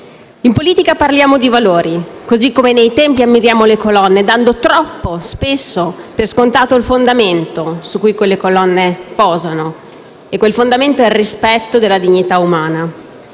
In politica parliamo di valori, così come nei templi ammiriamo le colonne, dando toppo spesso per scontato il fondamento su cui quelle colonne posano. Quel fondamento è il rispetto della dignità umana,